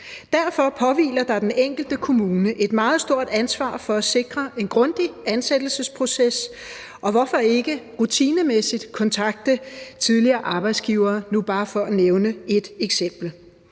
Derfor påhviler der den enkelte kommune et meget stort ansvar for at sikre en grundig ansættelsesproces; og hvorfor ikke rutinemæssigt kontakte tidligere arbejdsgivere? Bare for at nævne et eksempel.